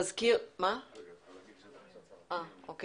מאז 2016